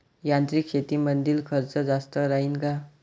यांत्रिक शेतीमंदील खर्च जास्त राहीन का?